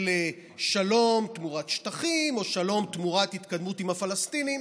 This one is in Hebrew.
של שלום תמורת שטחים או שלום תמורת התקדמות עם הפלסטינים.